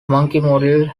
monkey